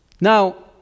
Now